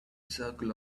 circle